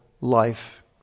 life